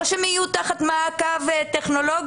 לא שהם יהיו תחת מעקב טכנולוגי,